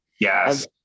yes